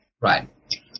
Right